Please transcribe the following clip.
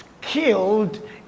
killed